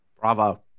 Bravo